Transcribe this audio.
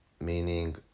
meaning